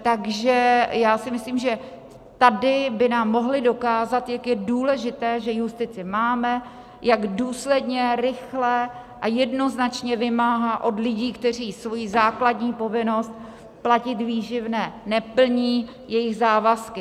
Takže já si myslím, že tady by nám mohli dokázat, jak je důležité, že justici máme, jak důsledně, rychle a jednoznačně vymáhá od lidí, kteří svoji základní povinnost platit výživné neplní, jejich závazky.